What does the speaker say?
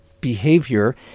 behavior